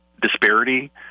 disparity